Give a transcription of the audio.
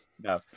No